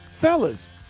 fellas